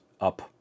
up